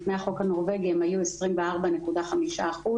לפני החוק הנורבגי הן היו 24.5 אחוזים.